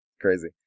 Crazy